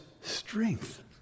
strength